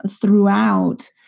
throughout